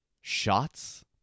shots